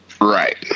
Right